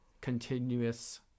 continuous